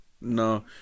No